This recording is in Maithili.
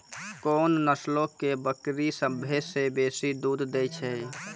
कोन नस्लो के बकरी सभ्भे से बेसी दूध दै छै?